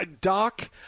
Doc